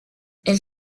elle